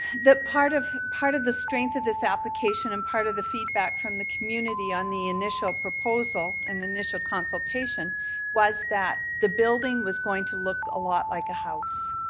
part of part of the strength of this application and part of the feedback from the community on the initial proposal and initial consultation was that the building was going to look a lot like a house.